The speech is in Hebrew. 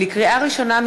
לקריאה ראשונה,